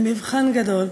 למבחן גדול.